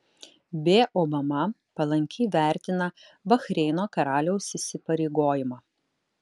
b obama palankiai vertina bahreino karaliaus įsipareigojimą